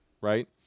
right